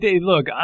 look